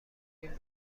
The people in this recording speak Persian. این